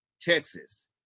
Texas